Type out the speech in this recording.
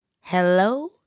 hello